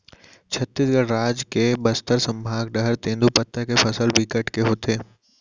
छत्तीसगढ़ राज के बस्तर संभाग डहर तेंदूपत्ता के फसल बिकट के होथे